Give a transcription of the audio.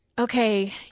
Okay